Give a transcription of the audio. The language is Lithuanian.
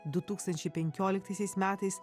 du tūkstančiai penkioliktaisiais metais